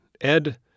Ed